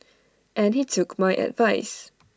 and he took my advice